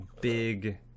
big